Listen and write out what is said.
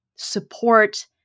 support